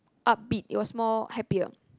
upbeat it was more happier